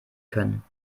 können